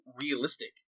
realistic